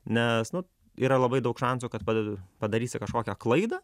nes nu yra labai daug šansų kad padedu padarysi kažkokią klaidą